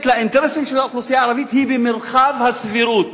לאינטרסים של האוכלוסייה הערבית הוא במרחב הסבירות.